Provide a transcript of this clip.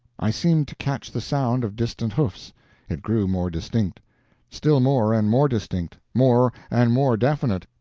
i seemed to catch the sound of distant hoofs it grew more distinct still more and more distinct, more and more definite,